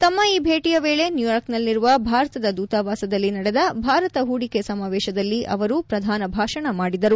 ತಮ್ಮ ಈ ಭೇಟಿಯ ವೇಳೆ ನ್ಯೂಯಾರ್ಕ್ನಲ್ಲಿರುವ ಭಾರತದ ದೂತವಾಸದಲ್ಲಿ ನಡೆದ ಭಾರತ ಹೂಡಿಕೆ ಸಮಾವೇಶದಲ್ಲಿ ಅವರು ಪ್ರಧಾನ ಭಾಷಣ ಮಾಡಿದರು